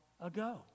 ago